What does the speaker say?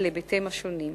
על היבטיה השונים.